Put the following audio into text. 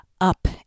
up